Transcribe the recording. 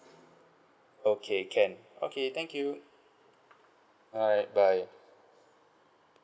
okay can okay thank you alright bye